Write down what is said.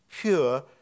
pure